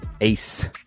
Ace